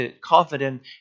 confident